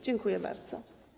Dziękuję bardzo.